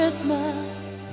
Christmas